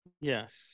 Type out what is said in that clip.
Yes